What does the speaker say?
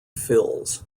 fills